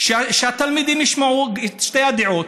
שהתלמידים ישמעו את שתי הדעות.